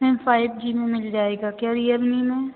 ma'am five G में मिल जाएगा क्या रियलमी में